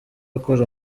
akora